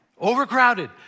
overcrowded